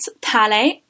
tale